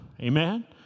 Amen